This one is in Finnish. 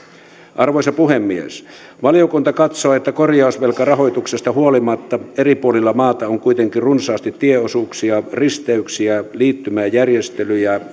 arvoisa puhemies valiokunta katsoo että korjausvelkarahoituksesta huolimatta eri puolilla maata on kuitenkin runsaasti tieosuuksia risteyksiä liittymäjärjestelyjä